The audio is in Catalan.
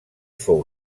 fou